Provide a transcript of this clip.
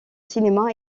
cinéma